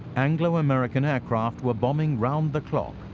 anglo-american aircraft were bombing round the clock,